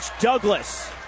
Douglas